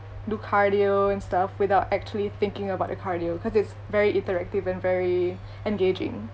do cardio and stuff without actually thinking about the cardio cause it's very interactive and very engaging